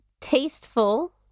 tasteful